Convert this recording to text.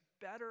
better